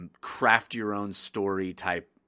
craft-your-own-story-type